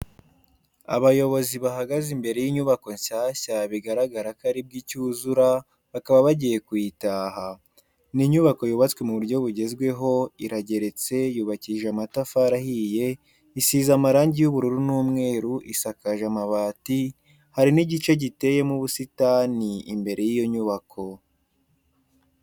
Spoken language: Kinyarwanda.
Abayobozi bahagaze imbere y'inyubako nshyashya bigaragara ko aribwo icyuzura bakaba bagiye kuyitaha. Ni inyubako yubatswe mu buryo bugezweho , irageretse yubakishije amatafari ahiye isize amarangi y'ubururu n'umweru isakaje amabati, hari n'igice giteyemo ubusitani imbere y'iyo nyubako.